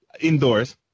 indoors